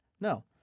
No